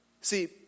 See